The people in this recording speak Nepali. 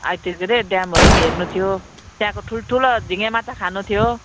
ड्यामहरू पनि हेर्नु थियो त्यहाँको ठुल्ठुलो झिङ्गे माछा खानु थियो